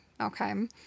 okay